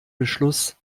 beschluss